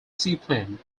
seaplane